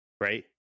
right